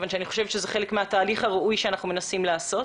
מכיוון שאני חושבת שזה חלק מהתהליך הראוי שאנחנו מנסים לעשות.